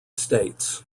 states